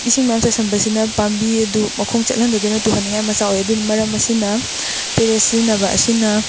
ꯏꯁꯤꯡ ꯃꯌꯥꯝ ꯆꯥꯏꯁꯟꯕꯁꯤꯅ ꯄꯥꯝꯕꯤ ꯑꯗꯨ ꯃꯈꯣꯡ ꯆꯦꯠꯍꯟꯗꯗꯨꯅ ꯇꯨꯍꯟꯅꯤꯡꯉꯥꯏ ꯃꯆꯥꯛ ꯑꯣꯏ ꯑꯗꯨꯅ ꯃꯔꯝ ꯑꯁꯤꯅ ꯄꯦꯔꯦ ꯁꯤꯖꯟꯅꯕ ꯑꯁꯤꯅ